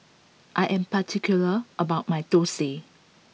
I am particular about my Thosai